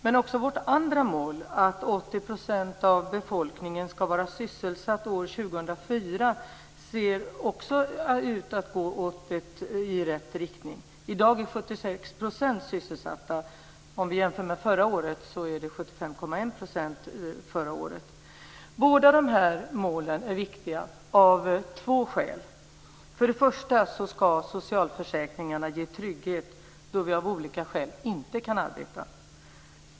Men också när det gäller vårt andra mål, att 80 % av befolkningen ska vara sysselsatt år 2004, ser det ut att gå i rätt riktning. I dag är 76 % sysselsatta. Om vi jämför med förra året ser vi att det då var 75,1 %. Båda dessa mål är viktiga av två skäl. För det första ska socialförsäkringarna ge trygghet då vi av olika skäl inte kan arbeta.